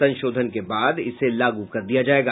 संशोधन के बाद इसे लागू कर दिया जाएगा